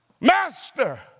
master